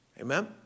Amen